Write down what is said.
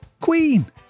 Queen